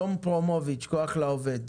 תום פרומוביץ', כוח לעובד,